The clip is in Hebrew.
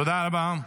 תודה רבה.